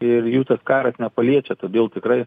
ir jų tas karas nepaliečia todėl tikrai